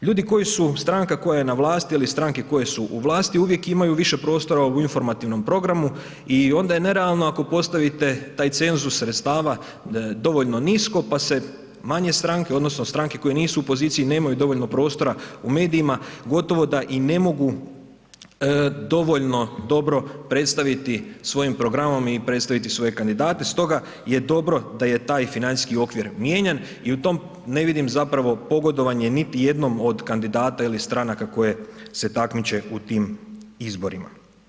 Ljudi koji su, stranka koja je na vlasti ili stranke koje su u vlasti uvijek imaju više prostora u informativnom programu i onda je nerealno ako postavite taj cenzus sredstava dovoljno nisko, pa se manje stranke odnosno stranke koje nisu u poziciji, nemaju dovoljno prostora u medijima, gotovo da i ne mogu dovoljno dobro predstaviti svojim programom i predstaviti svoje kandidate, stoga je dobro da je taj financijski okvir mijenjan i u tom ne vidim zapravo pogodovanje niti jednom od kandidata ili stranaka koje se takmiče u tim izborima.